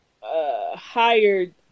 hired